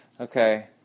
Okay